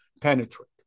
penetrate